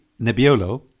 Nebbiolo